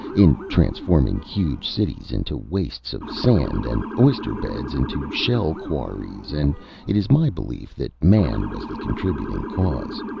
in transforming huge cities into wastes of sand, and oyster-beds into shell quarries and it is my belief that man was the contributing cause.